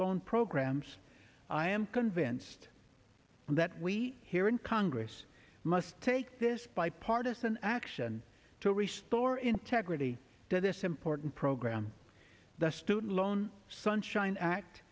loan programs i am convinced that we here in congress must take this bipartisan action to restore integrity to this important program the student loan sunshine act